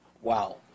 Wow